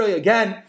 again